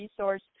resource